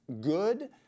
good